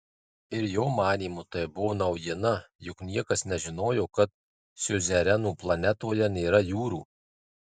ir jo manymu tai buvo naujiena juk niekas nežinojo kad siuzerenų planetoje nėra jūrų